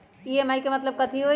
EMI के मतलब कथी होई?